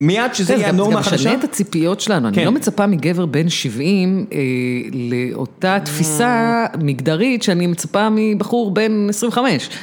מייד שזה יהיה נו מחדשה. זה גם שניית הציפיות שלנו, אני לא מצפה מגבר בן 70 לאותה תפיסה מגדרית שאני מצפה מבחור בן 25.